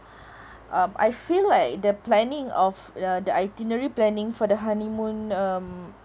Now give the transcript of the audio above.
um I feel like the planning of uh the itinerary planning for the honeymoon um